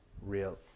real